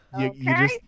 Okay